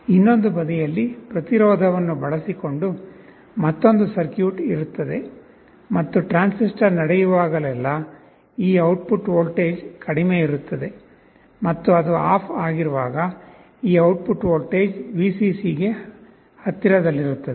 ಇನ್ನೊಂದು ಬದಿಯಲ್ಲಿ ಪ್ರತಿರೋಧವನ್ನು ಬಳಸಿಕೊಂಡು ಮತ್ತೊಂದು ಸರ್ಕ್ಯೂಟ್ ಇರುತ್ತದೆ ಮತ್ತು ಟ್ರಾನ್ಸಿಸ್ಟರ್ ನಡೆಯುವಾಗಲೆಲ್ಲಾ ಈ ಔಟ್ಪುಟ್ ವೋಲ್ಟೇಜ್ ಕಡಿಮೆ ಇರುತ್ತದೆ ಮತ್ತು ಅದು ಆಫ್ ಆಗಿರುವಾಗ ಈ ಔಟ್ಪುಟ್ ವೋಲ್ಟೇಜ್ Vcc ಗೆ ಹತ್ತಿರದಲ್ಲಿರುತ್ತದೆ